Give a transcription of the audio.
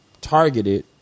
targeted